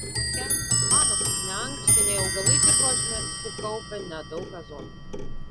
tonkevičius mano kad neankštiniai augalai dirvožemyje sukaupia nedaug azoto